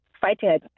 fighting